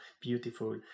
beautiful